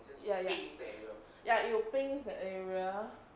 ya ya ya it'll pings that area